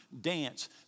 dance